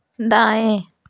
दाएँ